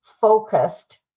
focused